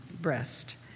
breast